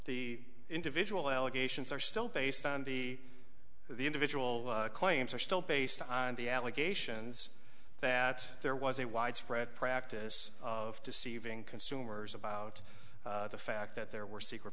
the individual allegations are still based on b the individual claims are still based on the allegations that there was a widespread practice of deceiving consumers about the fact that there were secret